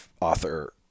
author